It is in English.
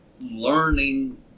learning